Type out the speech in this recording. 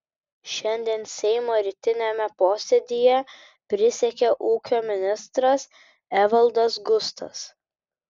šiandien seimo rytiniame posėdyje prisiekė ūkio ministras evaldas gustas